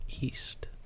east